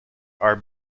are